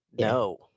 no